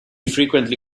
frequently